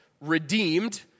redeemed